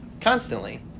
constantly